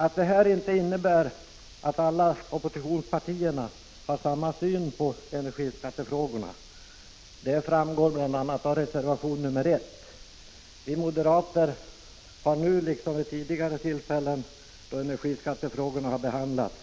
Att inte samtliga oppositionspartier har samma syn på energiskattefrågorna framgår av bl.a. reservation nr 1. Vi moderater har nu — liksom vid tidigare tillfällen då energiskattefrågor har behandlats